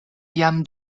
jam